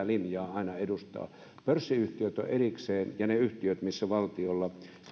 linjaa aina edustaa pörssiyhtiöt ovat erikseen ja niissä yhtiöissä joissa valtiolla